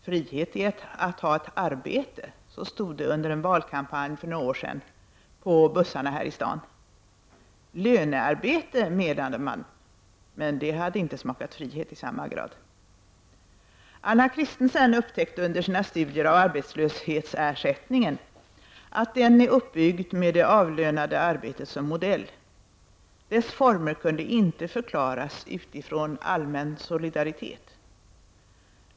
Frihet är att ha ett arbete — så stod det under en valkampanj för några år sedan på bussarna här i stan. Lönearbete, menade man, men det hade inte smakat frihet i samma grad. Anna Christensen upptäckte under sina studier av arbetslöshetsersättningen att den är uppbyggd med det avlönade arbetet som modell; dess former kunde inte förklaras utifrån allmän solidaritet.